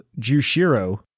Jushiro